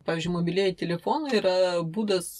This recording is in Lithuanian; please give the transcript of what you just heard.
pavyzdžiui mobilieji telefonai yra būdas